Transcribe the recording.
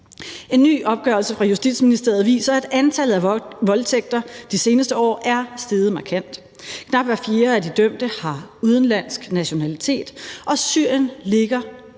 En ny opgørelse fra Justitsministeriet viser, at antallet af voldtægter de seneste år er steget markant. Knap hver fjerde af de dømte har udenlandsk nationalitet, og Syrien ligger